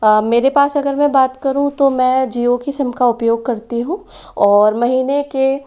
मेरे पास अगर मैं बात करूँ तो में जिओ की सिम का उपयोग करती हूँ और महीने के